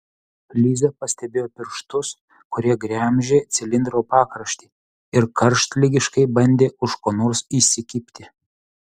liza pastebėjo pirštus kurie gremžė cilindro pakraštį ir karštligiškai bandė už ko nors įsikibti